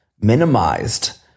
minimized